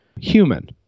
human